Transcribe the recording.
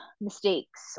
mistakes